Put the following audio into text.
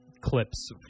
clips